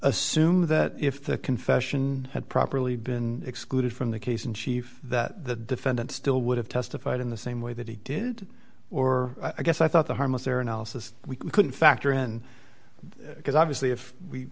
assume that if the confession had properly been excluded from the case in chief that the defendant still would have testified in the same way that he did or i guess i thought the harmless error analysis we couldn't factor in because obviously if we